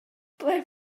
ble